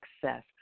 Success